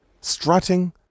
strutting